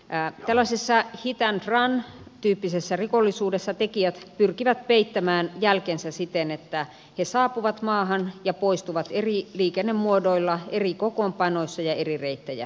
tällaisessa hit and run tyyppisessä rikollisuudessa tekijät pyrkivät peittämään jälkensä siten että he saapuvat maahan ja poistuvat eri liikennemuodoilla eri kokoonpanoissa ja eri reittejä pitkin